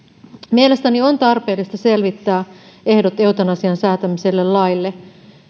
mielestäni on tarpeellista selvittää ehdot eutanasiasta säätämiselle lailla